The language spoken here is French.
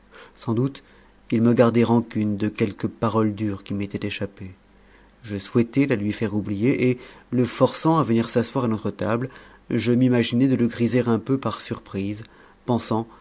sans doute il me gardait rancune de quelque parole dure qui m'était échappée je souhaitai la lui faire oublier et le forçant à venir s'asseoir à notre tablée je m'imaginai de le griser un peu par surprise pensant